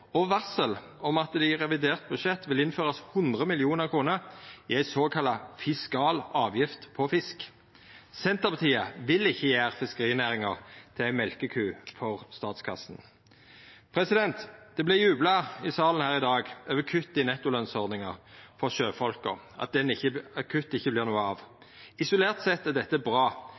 og varsel om at det i revidert budsjett vil verta innført ei såkalla fiskal avgift på fisk på 100 mill. kr. Senterpartiet vil ikkje gjera fiskerinæringa til ei mjølkeku for statskassa. Det vart jubla i salen her i dag over at det ikkje vert noko av kuttet i nettolønsordninga for sjøfolk. Isolert sett er dette bra,